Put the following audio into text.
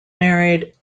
married